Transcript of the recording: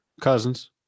Cousins